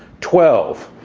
twelve,